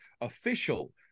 official